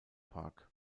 park